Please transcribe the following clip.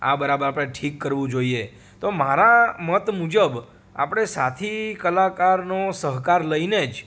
આ બરાબર આપણે ઠીક કરવું જોઇએ તો મારા મત મુજબ આપડે સાથી કલાકારનો સહકાર લઈને જ